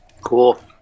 Cool